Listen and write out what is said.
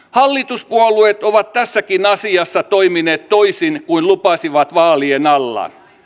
hallituspuolueet ovat tässäkin asiassa toimineet toisin kuin lupasivat vaalien alla